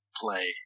play